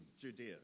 Judea